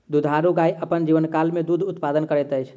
दुधारू गाय अपन जीवनकाल मे दूध उत्पादन करैत अछि